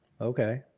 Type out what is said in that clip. Okay